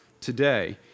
today